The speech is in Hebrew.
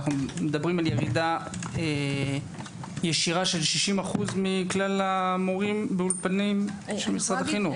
אנו מדברים על ירידה ישירה של 60% מכלל המורים באולפני משרד החינוך?